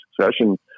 succession